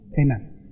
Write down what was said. Amen